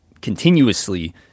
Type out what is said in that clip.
continuously